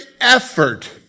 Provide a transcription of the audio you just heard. effort